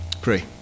pray